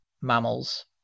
mammals